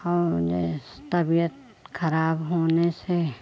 और जो तबीयत ख़राब होने से